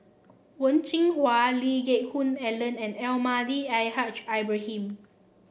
Wen Jinhua Lee Geck Hoon Ellen and Almahdi Al Haj Ibrahim